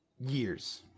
years